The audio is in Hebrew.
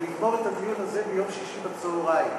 ולגמור את הדיון הזה ביום שישי בצהריים,